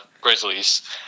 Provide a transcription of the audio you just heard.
Grizzlies